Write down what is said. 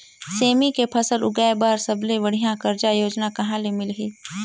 सेमी के फसल उगाई बार सबले बढ़िया कर्जा योजना कहा ले मिलही?